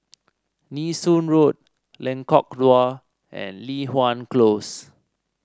Nee Soon Road Lengkok Dua and Li Hwan Close